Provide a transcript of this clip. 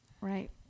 Right